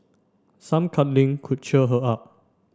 some cuddling could cheer her up